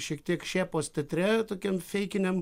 šiek tiek šėpos teatre tokiam feikiniam